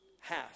Half